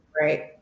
Right